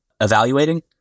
evaluating